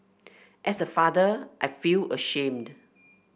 as a father I feel ashamed